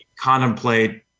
Contemplate